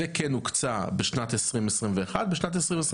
זה כן הוקצה בשנת 2021. בשנת 2022